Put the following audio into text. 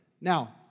Now